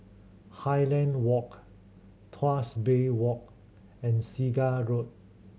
Highland Walk Tuas Bay Walk and Segar Road